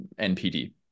NPD